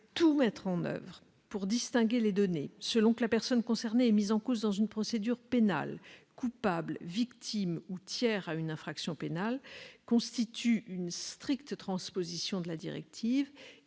tout mettre en oeuvre pour distinguer les données selon que la personne concernée est mise en cause dans une procédure pénale, coupable, victime ou tiers à une infraction pénale, constitue une stricte transposition de la directive